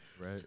Right